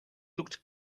looked